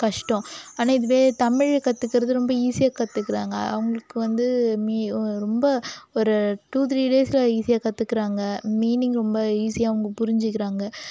கஷ்டம் ஆனால் இதுவே தமிழை கற்றுக்கிறது ரொம்ப ஈஸியாக கற்றுக்குறாங்க அவங்களுக்கு வந்து ரொம்ப ஒரு டூ த்ரீ டேஸில் ஈஸியாக கற்றுக்குறாங்க மீனிங் ரொம்ப ஈஸியாக அவங்க புரிஞ்சுக்கிறாங்க